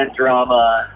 drama